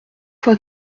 fois